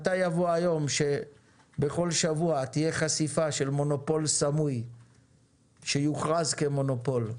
מתי יבוא היום שבכל שבוע תהיה חשיפה של מונופול סמוי שיוכרז כמונופול?